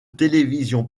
télévision